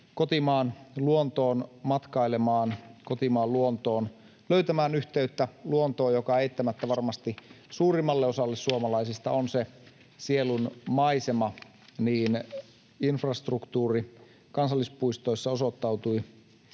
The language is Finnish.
kotimaan luontoon matkailemaan, kotimaan luontoon löytämään yhteyttä luontoon, joka eittämättä varmasti suurimmalle osalle suomalaisista on se sielunmaisema. Infrastruktuuri kansallispuistoissa osoittautui